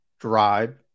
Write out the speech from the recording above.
drive